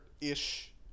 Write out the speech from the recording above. ish